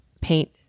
paint